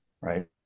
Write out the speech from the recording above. right